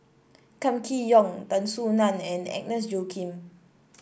Kam Kee Yong Tan Soo Nan and Agnes Joaquim